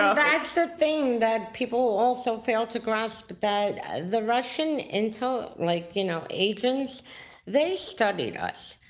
ah that's the thing that people also fail to grasp, that the russian intel like you know agents, they studied us.